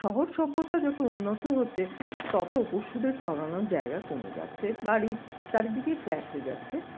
শহর সভ্যতা যত উন্নত হচ্ছে তত পশুদের চরানোর জায়গা কমে যাচ্ছে বাড়ির চারিদিকেই ফ্ল্যাট হয়ে যাচ্ছে